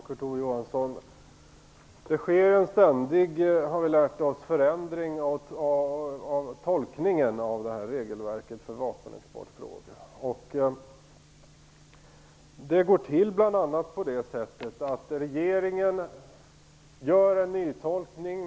Fru talman! Vi har lärt oss att det sker en ständig förändring av tolkningen av regelverket om vapenexport. Det går till bl.a. på det sättet att regeringen gör en nytolkning.